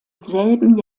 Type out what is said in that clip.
selben